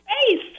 space